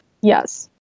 Yes